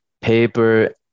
paper